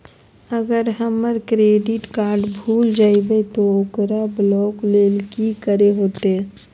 अगर हमर credit card भूल जइबे तो ओकरा ब्लॉक लें कि करे होते?